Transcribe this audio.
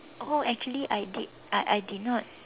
oh actually I did I I did not